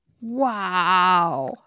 Wow